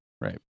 Right